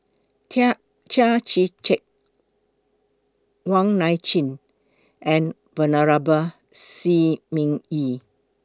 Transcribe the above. Chia Chia Tee Chiak Wong Nai Chin and Venerable Shi Ming Yi